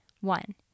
One